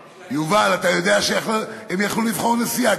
יובל, אתה יודע שהם יכלו לבחור נשיאה.